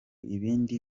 ibindi